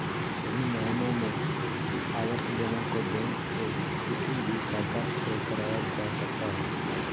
सही मायनों में आवर्ती जमा को बैंक के किसी भी शाखा से कराया जा सकता है